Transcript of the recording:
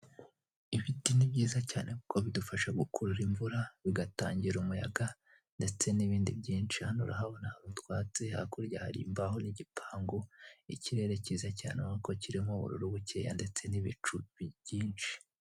Ibiti ni byiza cyane kuko bidufasha gukurura imvura bigatangira umuyaga ndetse n'ibindi byinshi, hano urahabona utwatsi, hakurya hari imbaho n'igipangu. Ikirere cyiza cyane, urabona ko kirimo ubururu bucyeya ndetse n'ibicu byinshi.